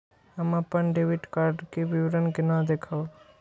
हम अपन debit card के विवरण केना देखब?